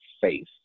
faith